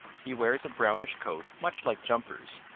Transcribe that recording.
he wears a brownish coat much like jumper's,